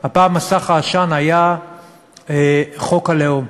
הפעם מסך העשן היה חוק הלאום,